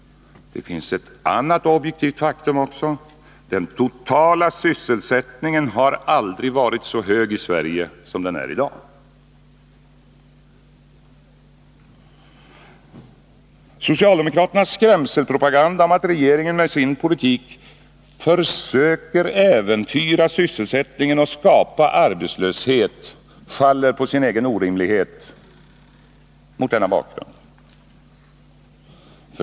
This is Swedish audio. Det finns ett annat objektivt faktum också: Den totala sysselsättningen har aldrig varit så hög i Sverige som den är i dag. Socialdemokraternas skrämselpropaganda om att regeringen med sin politik försöker äventyra sysselsättningen och skapa arbetslöshet faller på sin egen orimlighet — mot denna bakgrund.